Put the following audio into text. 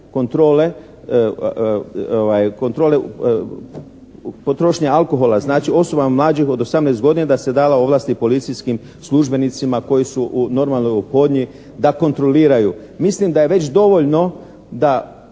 kontrole potrošnje alkohola. Znači, osobama mlađim od 18 godina da se dalo ovlasti policijskim službenicima koji su normalno u ophodnji da kontroliraju. Mislim da je već dovoljno da